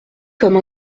comme